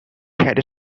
had